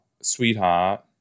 sweetheart